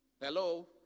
Hello